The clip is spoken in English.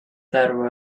there